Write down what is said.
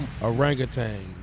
Orangutan